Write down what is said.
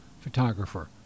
photographer